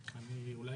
כדי